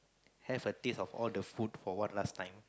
have a taste of all the food for one last time